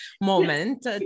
moment